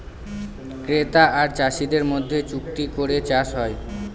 ক্রেতা আর চাষীদের মধ্যে চুক্তি করে চাষ হয়